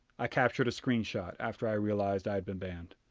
i captured a screenshot after i realized i had been banned.